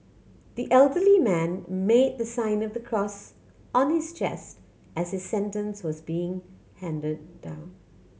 the elderly man made the sign of the cross on his chest as his sentence was being handed down